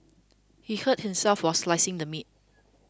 he hurt himself while slicing the meat